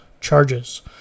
charges